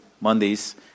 Mondays